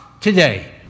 today